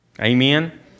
Amen